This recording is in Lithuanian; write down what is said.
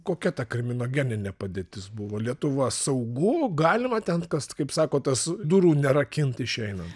kokia ta kriminogeninė padėtis buvo lietuva saugu galima ten kas kaip sako tas durų nerakint išeinan